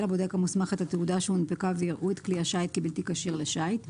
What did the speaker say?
הבודק המוסמך את התעודה שהונפקה ויראו את כלי השיט כבלתי כשיר לשיט.